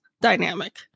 dynamic